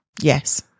Yes